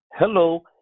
Hello